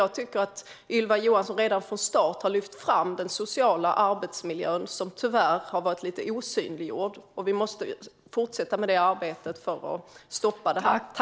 Jag tycker att Ylva Johansson redan från start har lyft fram den sociala arbetsmiljön, som tyvärr har varit lite osynliggjord. Vi måste fortsätta med det arbetet för att stoppa detta.